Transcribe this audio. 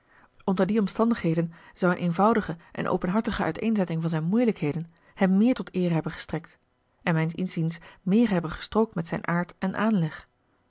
onder die omstandigheden zou een eenvoudige en openhartige uiteenzetting van zijn moeilijkheden hem meer tot eer hebben gestrekt en mijns inziens meer hebben gestrookt met zijn aard en aanleg